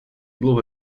dlouhé